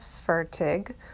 Fertig